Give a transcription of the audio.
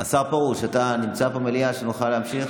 פרוש, אתה נמצא במליאה ונוכל להמשיך?